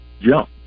jump